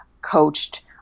coached